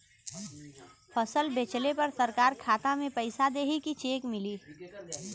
फसल बेंचले पर सरकार खाता में पैसा देही की चेक मिली?